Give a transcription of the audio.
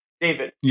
David